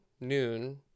noon